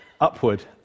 upward